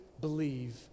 believe